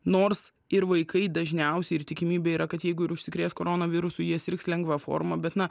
nors ir vaikai dažniausiai ir tikimybė yra kad jeigu ir užsikrės koronavirusu jie sirgs lengva forma bet na